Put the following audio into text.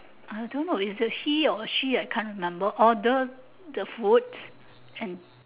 I don't know is a he or a she I can't remember ordered the food and